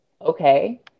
okay